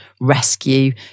rescue